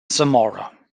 zamora